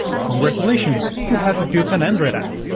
congratulations. you have built an android app.